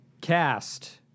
Cast